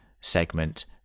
segment